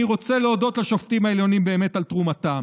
אני באמת רוצה להודות לשופטים העליונים על תרומתם.